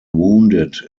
wounded